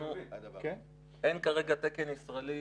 אין כרגע תקן ישראלי,